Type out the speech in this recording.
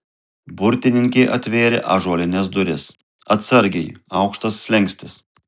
burtininkė atvėrė ąžuolines duris atsargiai aukštas slenkstis